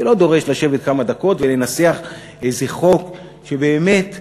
זה דורש לא לשבת כמה דקות ולנסח איזה חוק שבאמת הוא,